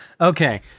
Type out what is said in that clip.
Okay